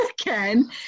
again